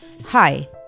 Hi